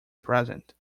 present